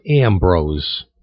Ambrose